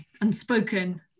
unspoken